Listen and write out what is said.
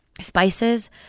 spices